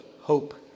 hope